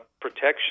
protection